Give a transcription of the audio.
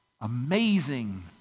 amazing